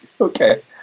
Okay